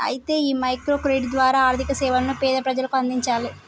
అయితే ఈ micro credit ద్వారా ఆర్థిక సేవలను పేద ప్రజలకు అందించాలి